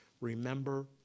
remember